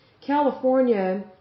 California